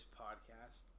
podcast